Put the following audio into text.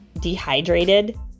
dehydrated